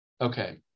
Okay